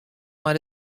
mei